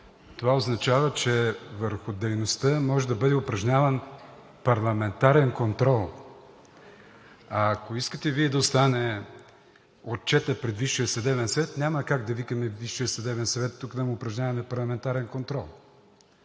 това означава, че върху дейността може да бъде упражняван парламентарен контрол. А, ако искате Вие да остане отчетът пред Висшия съдебен съвет, няма как да викаме Висшия съдебен съвет тук да му упражняваме парламентарен контрол.